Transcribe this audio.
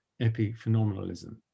epiphenomenalism